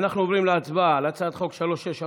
אנחנו עוברים להצבעה על הצעת חוק 3634/24,